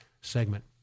segment